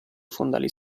fondali